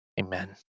amen